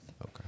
Okay